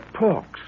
talks